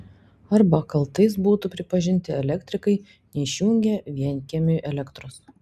arba kaltais būtų pripažinti elektrikai neišjungę vienkiemiui elektros